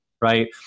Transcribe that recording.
right